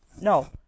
No